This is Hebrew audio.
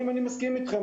אני מסכים איתכם,